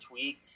tweets